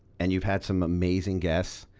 and you've had some amazing guests.